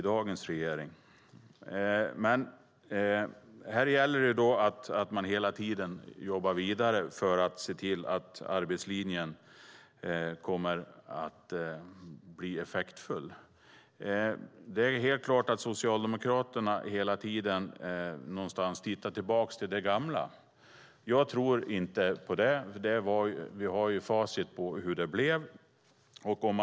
Det gäller att hela tiden jobba vidare för att arbetslinjen ska bli effektiv. Socialdemokraterna tittar hela tiden tillbaka på det gamla. Jag tror inte på det. Vi har facit på hur det blev.